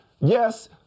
yes